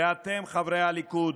ואתם, חברי הליכוד,